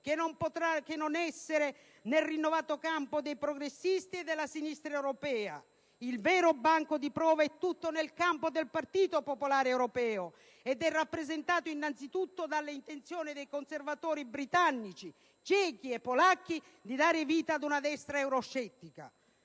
che non potrà che essere nel rinnovato campo dei progressisti e della sinistra europea. Il vero banco di prova è tutto nel campo del Partito popolare ed è rappresentato dalla intenzione dei conservatori britannici, cechi e polacchi di dare vita ad una destra euroscettica.